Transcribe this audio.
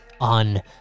on